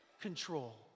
control